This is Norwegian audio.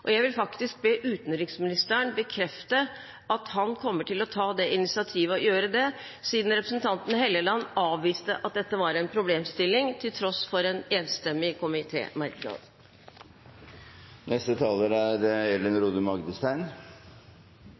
2016. Jeg vil be utenriksministeren bekrefte at han kommer til å ta det initiativet og gjøre det, siden representanten Helleland avviste at dette var en problemstilling, til tross for en enstemmig komitémerknad. Det er